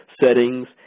settings